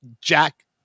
Jack